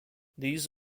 these